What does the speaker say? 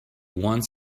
want